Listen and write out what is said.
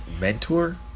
mentor